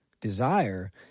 desire